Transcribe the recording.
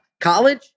college